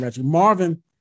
Marvin